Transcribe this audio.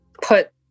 Put